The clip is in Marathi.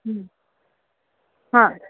हां